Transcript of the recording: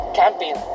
camping